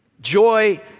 joy